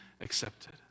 accepted